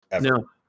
No